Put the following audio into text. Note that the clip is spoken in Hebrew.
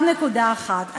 עוד נקודה אחת.